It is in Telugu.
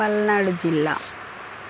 పల్నాడు జిల్లా